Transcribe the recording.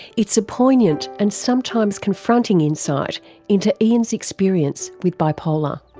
it's a poignant and sometimes confronting insight into ian's experience with bipolar.